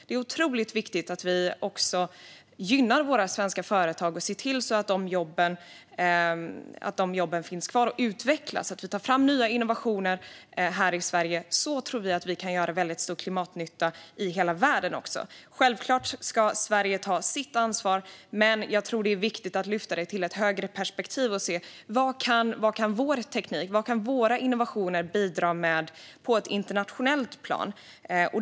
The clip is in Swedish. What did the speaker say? Det är otroligt viktigt att vi gynnar våra svenska företag och ser till att de jobben finns kvar och utvecklas. Det handlar om att vi tar fram nya innovationer här i Sverige. Så tror vi att vi kan göra väldigt stor klimatnytta i hela världen. Självklart ska Sverige ta sitt ansvar. Men det är viktigt att lyfta det till ett högre perspektiv. Vad kan vår teknik och våra innovationer bidra med på ett internationellt plan?